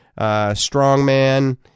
strongman